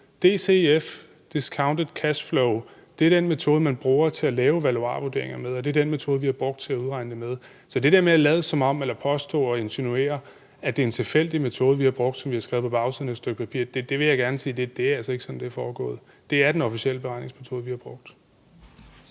DCF, discounted cash flow, er den metode, man bruger til at lave valuarvurderinger med, og det er den metode, vi har brugt til at udregne det med. Så til det der med at påstå og insinuere, at det er en tilfældig metode, vi har brugt, og som vi har skrevet på bagsiden af et stykke papir, vil jeg gerne sige, at det altså ikke er sådan, det er foregået. Det er den officielle beregningsmetode, vi har brugt.